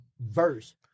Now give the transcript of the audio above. verse